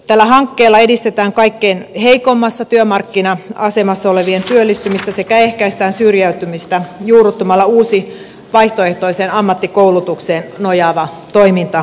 tällä hankkeella edistetään kaikkein heikoimmassa työmarkkina asemassa olevien työllistymistä sekä ehkäistään syrjäytymistä juurruttamalla uusi vaihtoehtoiseen ammattikoulutukseen nojaava toimintamalli